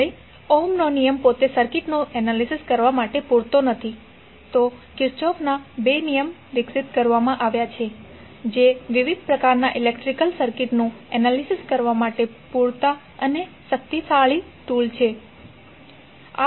હવે ઓહમનો નિયમ પોતે સર્કિટનું એનાલિસિસ કરવા માટે પૂરતો નથી તો કિર્ચોફના બે નિયમ Kirchhoff's two laws વિકસિત કરવામાં આવ્યા છે જે વિવિધ પ્રકારના ઇલેક્ટ્રિકલ સર્કિટનું એનાલિસિસ કરવા માટે પૂરતા અને શક્તિશાળી ટુલ નો સેટ છે